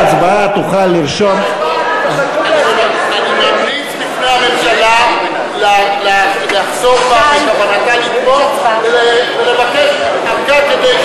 אני ממליץ בפני הממשלה לחזור בה מכוונתה לתמוך ולבקש ארכה כדי,